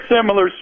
similar